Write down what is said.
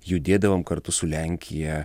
judėdavom kartu su lenkija